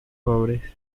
pobres